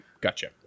Gotcha